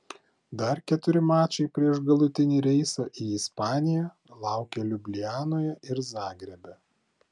dar keturi mačai prieš galutinį reisą į ispaniją laukia liublianoje ir zagrebe